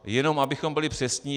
Jenom abychom byli přesní.